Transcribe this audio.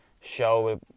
show